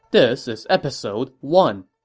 this is episode one